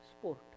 Sport